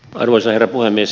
arvoisa herra puhemies